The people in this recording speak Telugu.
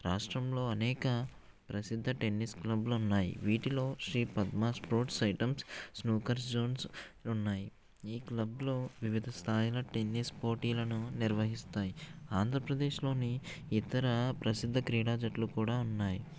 రాష్ట్రంలో అనేక ప్రసిద్ధ టెన్నిస్ క్లబ్బులున్నాయి వీటిలో Shri Padma sports items snooker zones ఉన్నాయి ఈ క్లబ్లు వివిధ స్థాయిల టెన్నిస్ పోటీలను నిర్వహిస్తాయి ఆంధ్రప్రదేశ్లోని ఇతర ప్రసిద్ధ క్రీడా జట్లు కూడా ఉన్నాయి